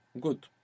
Good